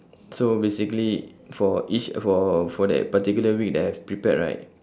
so basically for each for for that particular week that I've prepared right